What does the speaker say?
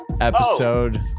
episode